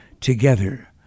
together